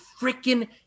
freaking